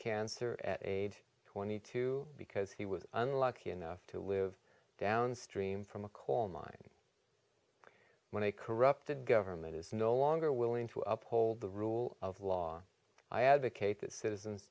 cancer at age twenty two because he was unlucky enough to live downstream from a coal mine when he corrupted government is no longer willing to uphold the rule of law i advocate that citizens